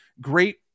Great